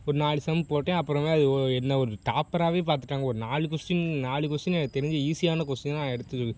ஒரு நாலு சம் போட்டேன் அப்புறமா அது ஒ என்ன ஒரு டாப்பராகவே பார்த்துட்டாங்க ஒரு நாலு கொஸ்டின் நாலு கொஸ்டின் எனக்கு தெரிஞ்சு ஈஸியான கொஸ்டினாக நான் எடுத்து